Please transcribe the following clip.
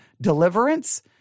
deliverance